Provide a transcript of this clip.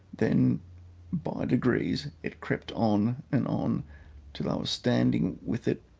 then by degrees it crept on and on till i was standing with it